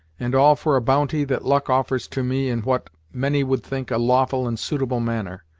and all for a bounty that luck offers to me in what many would think a lawful and suitable manner.